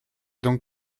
donc